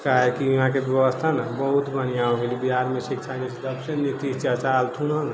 काहेकि यहाँके व्यवस्था ने बहुत बढ़िआँ हो गेलै बिहारमे शिक्षाके जबसँ नीतीश चाचा अलखुन है ना